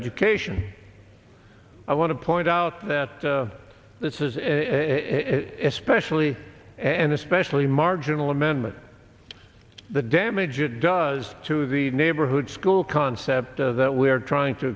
education i want to point out that this is a specially and especially marginal amendment the damage it does to the neighborhood school concept of that we're trying to